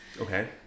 Okay